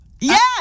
yes